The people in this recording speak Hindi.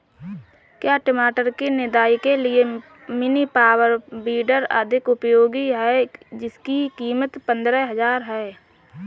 क्या टमाटर की निदाई के लिए मिनी पावर वीडर अधिक उपयोगी है जिसकी कीमत पंद्रह हजार है?